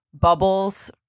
bubbles